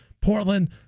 Portland